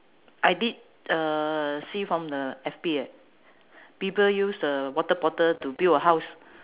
I did uh see from the F_B people use the water bottle to build a house